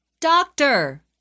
Doctor